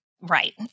Right